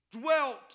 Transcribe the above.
dwelt